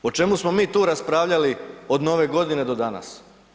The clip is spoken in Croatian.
O čemu smo mi tu raspravljali od Nove Godine do danas?